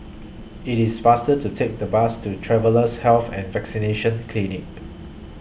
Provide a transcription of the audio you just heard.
IT IS faster to Take The Bus to Travellers' Health and Vaccination Clinic